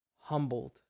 humbled